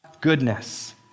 goodness